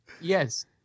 Yes